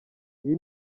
iyi